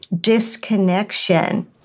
disconnection